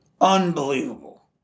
unbelievable